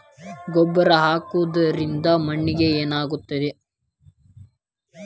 ಗೊಬ್ಬರ ಹಾಕುವುದರಿಂದ ಮಣ್ಣಿಗೆ ಏನಾಗ್ತದ?